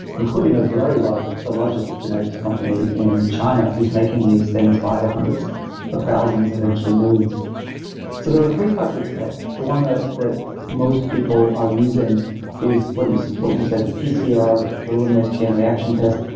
including a very large. the largest genetics company in china who's making these things by the hundreds of thousands, eventually millions so there are three types of tests. the one that most people are using is what you so what you said, the pcr, the preliminaries chain reaction test,